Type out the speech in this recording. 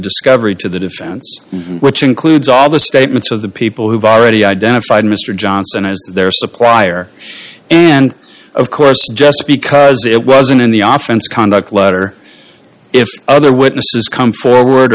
discovery to the defense which includes obvious statements of the people who've already identified mr johnson as their supplier and of course just because it wasn't in the office conduct letter if other witnesses come forward